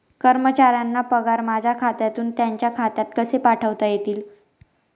कर्मचाऱ्यांचे पगार माझ्या खात्यातून त्यांच्या खात्यात कसे पाठवता येतील?